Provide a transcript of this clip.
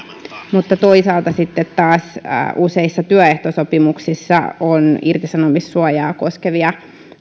mutta toisaalta sitten taas useissa työehtosopimuksissa on irtisanomissuojaa koskevia